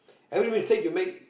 every mistake you make